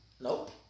Nope